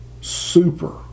super